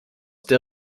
der